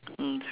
mm